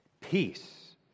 Peace